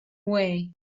way